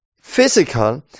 physical